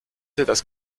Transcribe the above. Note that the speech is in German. das